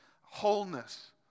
wholeness